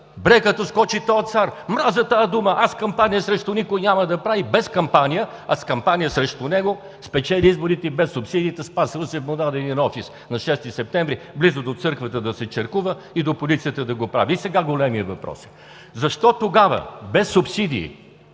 Бре, като скочи този цар: „Мразя тази дума, аз кампания срещу никого няма да правя!“ И без кампания, а с кампания срещу него, спечели изборите и без субсидията. Спас Русев му даде един офис на „Шести септември“, близо до църквата – да се черкува, и до полицията – да го пази. И сега големият въпрос е: защо тогава без субсидии